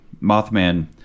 Mothman